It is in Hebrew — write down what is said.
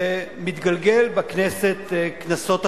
מתגלגלת בכנסת כנסות אחדות,